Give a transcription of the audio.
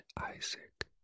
Isaac